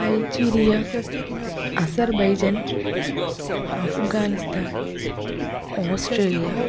Algeria Azerbaijan Afghanistan Australia